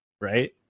right